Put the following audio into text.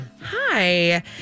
Hi